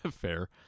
Fair